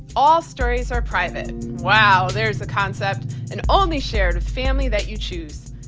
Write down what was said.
all stories are private. wow, there's a concept. and only shared with family that you choose.